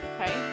Okay